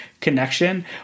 connection